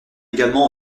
également